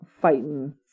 fighting